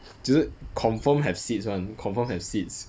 就是 confirm have seats [one] confirm have seats